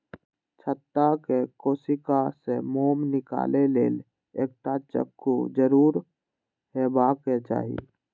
छत्ताक कोशिका सं मोम निकालै लेल एकटा चक्कू जरूर हेबाक चाही